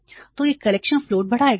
तो यह collection float बढ़ाएगा